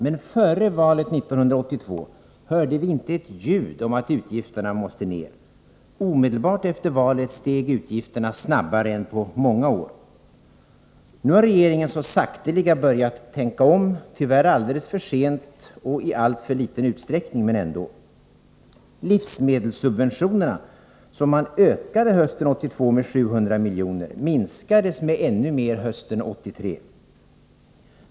Men före valet 1982 hörde vi inte ett ljud om att utgifterna måste ned. Omedelbart efter valet steg utgifterna snabbare än på många år. Nu har regeringen så sakteliga börjat tänka om — tyvärr alldeles för sent och i alltför liten utsträckning. Livsmedelssubventionerna som man hösten 1982 ökade med 700 miljoner minskades med ännu mer hösten 1983.